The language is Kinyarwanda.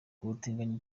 ubutinganyi